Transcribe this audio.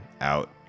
out